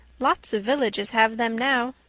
lots of villages have them now.